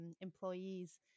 employees